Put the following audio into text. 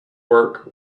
work